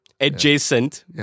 adjacent